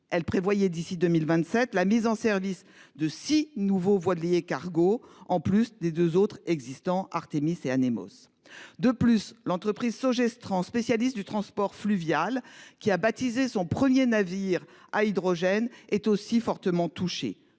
Elle prévoyait, d’ici à 2027, la mise en service de six nouveaux voiliers cargos, en plus des deux déjà existants, Artemis et Anemos. De même, l’entreprise Sogestran, spécialiste du transport fluvial, qui a baptisé son premier navire à hydrogène, est fortement touchée,